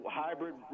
hybrid